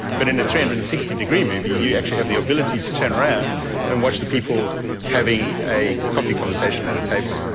but in a three hundred and sixty degree movie you actually have the ability to turn around and watch the people having a coffee conversation at a table.